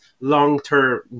long-term